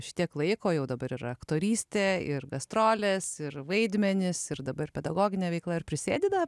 šitiek laiko jau dabar yra aktorystė ir gastrolės ir vaidmenys ir dabar pedagoginė veikla ir prisėdi dar